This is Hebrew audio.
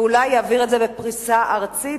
ואולי יעביר את זה בפריסה ארצית,